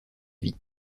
vie